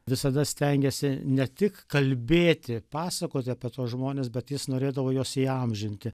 visada stengėsi ne tik kalbėti pasakoti apie tuos žmones bet jis norėdavo juos įamžinti